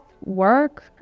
work